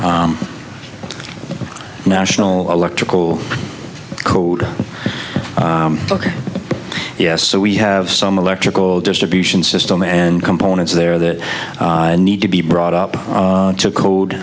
national electrical code ok yes so we have some electrical distribution system and components there that need to be brought up to code